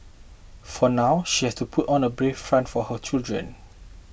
for now she has to put on a brave front for her children